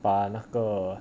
把那个